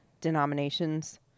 denominations